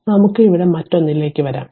നമുക്കു ഇവിടെ മറ്റൊന്നിലേക്കു വരാം